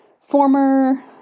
former